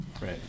Right